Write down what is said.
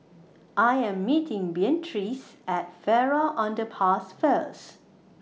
I Am meeting Beatrice At Farrer Underpass First